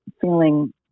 feeling